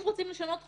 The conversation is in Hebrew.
אם רוצים לשנות חוק,